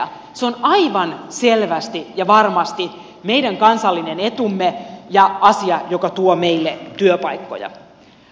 se on aivan selvästi ja varmasti meidän kansallinen etumme ja asia joka tuo meille työpaikkoja